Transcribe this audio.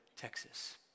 Texas